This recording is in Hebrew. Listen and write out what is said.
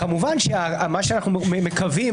כמובן שמה שאנחנו מקווים,